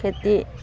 খেতি